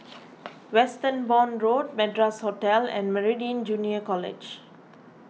Westbourne Road Madras Hotel and Meridian Junior College